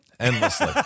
Endlessly